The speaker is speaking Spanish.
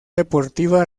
deportiva